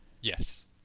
Yes